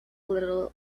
little